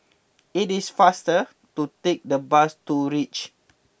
it is faster to take the bus to reach